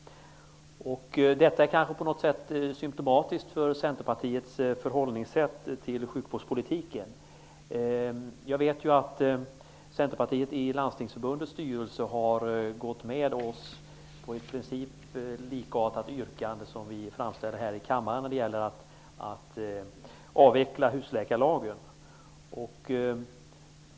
Detta är på något sätt symtomatiskt för Centerpartiets förhållningssätt till sjukvårdspolitiken. Jag vet att Centerpartiet i Landstingsförbundets styrelse har gått med oss på ett i princip likartat yrkande som det vi framställer här i kammaren när det gäller att avveckla husläkarlagen.